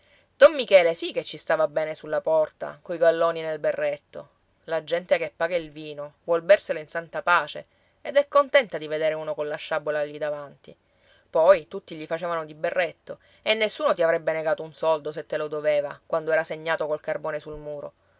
don michele sì che ci stava bene sulla porta coi galloni nel berretto la gente che paga il vino vuol berselo in santa pace ed è contenta di vedere uno colla sciabola lì davanti poi tutti gli facevano di berretto e nessuno ti avrebbe negato un soldo se te lo doveva quando era segnato col carbone sul muro